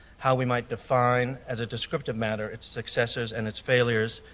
how we might define as a descriptive matter, its successes and its failures.